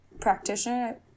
practitioner